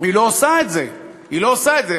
והיא לא עושה את זה, היא לא עושה את זה.